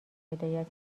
هدایت